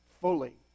fully